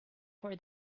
for